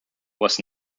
was